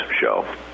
Show